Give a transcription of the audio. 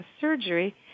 surgery